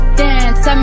dance